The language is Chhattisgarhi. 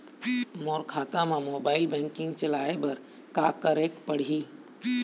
मोर खाता मा मोबाइल बैंकिंग चलाए बर का करेक पड़ही?